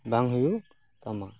ᱵᱟᱝ ᱦᱩᱭᱩᱜ ᱛᱟᱢᱟ